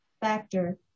factor